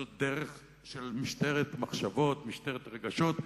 זו דרך של משטרת מחשבות, משטרת רגשות,